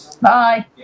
Bye